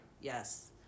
Yes